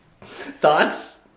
Thoughts